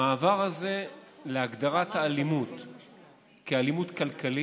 המעבר הזה להגדרת האלימות הכלכלית